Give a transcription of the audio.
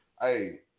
Hey